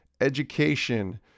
education